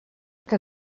que